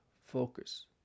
focus